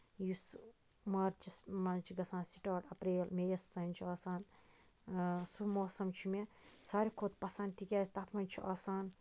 یُس مارچَس منٛز چھُ گژھان سٔٹاٹ اَپریل مے یَس تام چھُ آسان سُہ موسَم چھُ مےٚ ساروی کھۄتہٕ پَسند تِکیازِ تَتھ منٛز چھُ آسان